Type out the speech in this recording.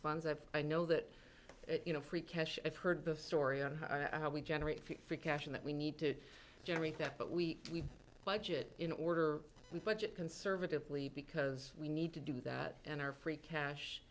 funds that i know that you know free cash i've heard the story on how we generate free cash and that we need to generate that but we need budget in order to budget conservatively because we need to do that and our free cash